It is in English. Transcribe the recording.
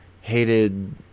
hated